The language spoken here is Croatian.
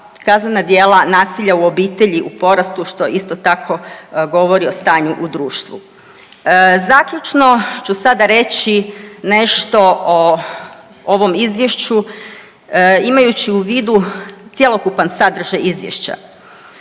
kaznena djela nasilja u obitelji u porastu, što isto tako govori o stanju u društvu. Zaključno ću sada reći nešto o ovom Izvješću, imajući u vidu cjelokupan sadržaj Izvješća.